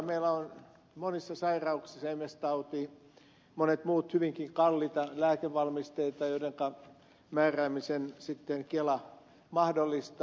meillä on todella monissa sairauksissa ms tauti monet muut hyvinkin kalliita lääkevalmisteita joidenka määräämisen kela mahdollistaa